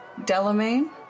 Delamain